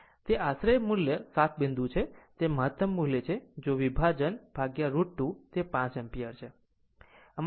તે આશરે મૂલ્ય 7 બિંદુ છે તે મહત્તમ મૂલ્ય છે જો વિભાજન √ 2 તે 5 એમ્પીયર છે